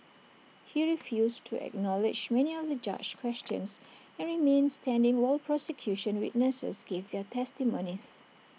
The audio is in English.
he refused to acknowledge many of the judge's questions and remained standing while prosecution witnesses gave their testimonies